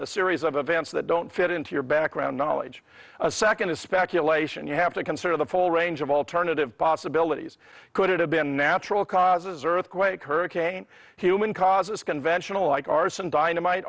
a series of events that don't fit into your background knowledge a second is speculation you have to consider the full range of alternative possibilities could it have been natural causes earthquakes hurricanes human causes conventional like arson dynamite